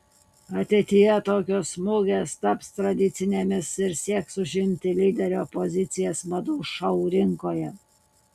ateityje tokios mugės taps tradicinėmis ir sieks užimti lyderio pozicijas madų šou rinkoje